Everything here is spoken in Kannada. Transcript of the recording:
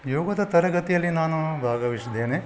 ಯೋಗದ ತರಗತಿಯಲ್ಲಿ ನಾನು ಭಾಗವಹಿಸಿದ್ದೇನೆ